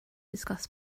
discuss